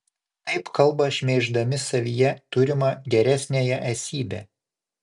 taip kalba šmeiždami savyje turimą geresniąją esybę